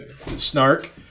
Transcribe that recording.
snark